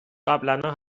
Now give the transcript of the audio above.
قبلنا